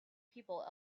people